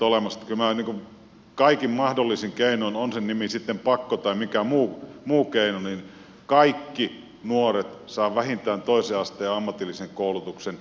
kyllä minä kaikin mahdollisin keinoin tähtäisin siihen on sen nimi sitten pakko tai mikä muu keino että kaikki nuoret saavat vähintään toisen asteen ammatillisen koulutuksen